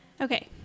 Okay